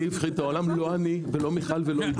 לא אני, לא מיכל ולא עידן.